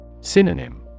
Synonym